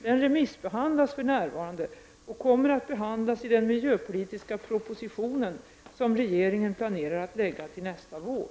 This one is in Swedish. Den remissbehandlas för närvarande och kommer att behandlas i den miljöpolitiska proposition som regeringen planerar att lägga till nästa vår.